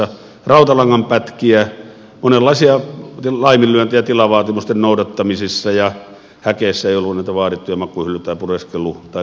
rautalangan pätkiä monenlaisia laiminlyöntejä tilavaatimusten noudattamisissa häkeissä ei ollut niitä vaadittuja makuuhyllyjä tai pureskelu tai virikemateriaaleja